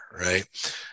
Right